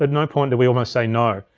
at no point, did we almost say no.